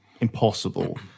impossible